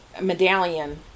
medallion